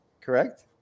correct